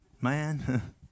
man